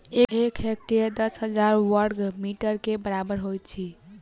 एक हेक्टेयर दस हजार बर्ग मीटर के बराबर होइत अछि